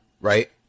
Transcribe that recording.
right